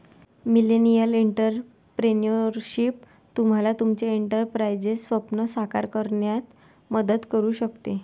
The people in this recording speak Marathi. मिलेनियल एंटरप्रेन्योरशिप तुम्हाला तुमचे एंटरप्राइझचे स्वप्न साकार करण्यात मदत करू शकते